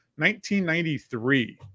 1993